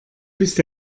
bist